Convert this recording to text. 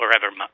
forever